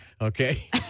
okay